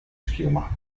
schiuma